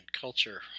culture